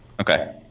Okay